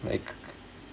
like